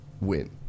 win